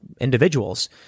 individuals